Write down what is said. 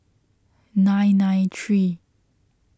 nine nine three